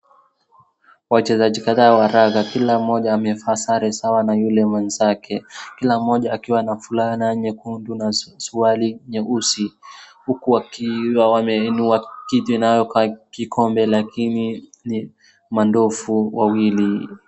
Wachezaji kadhaa wa raga, kila mmoja amevaa sare sawa na yule mwezake, kila mmoja akiwa na fulana nyekundu na suruari nyeusi, huku wakiwa wameinua kitu inayokaa kikombe lakini ni mandovu wawili.